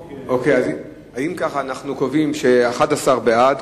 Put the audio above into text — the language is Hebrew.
אנו קובעים ש-11 בעד,